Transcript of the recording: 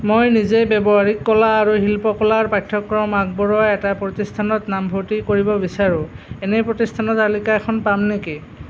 মই নিজে ব্যৱহাৰিক কলা আৰু শিল্পকলাৰ পাঠ্যক্ৰম আগবঢ়োৱা এটা প্ৰতিষ্ঠানত নামভৰ্তি কৰিব বিচাৰো এনে প্ৰতিষ্ঠানৰ তালিকা এখন পাম নেকি